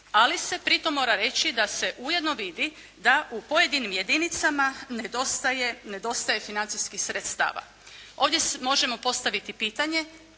Ali se pritom mora reći da se ujedno vidi da u pojedinim jedinicama nedostaje financijskih sredstava. Ovdje možemo postaviti pitanje